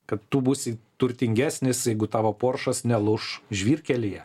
kad tu būsi turtingesnis jeigu tavo poršas nelūš žvyrkelyje